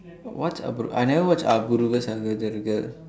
what's அபூர்:apuur I never watch Apoorva Sagodharargal sakoothararkal